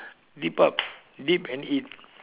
dip up dip and eat